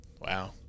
Wow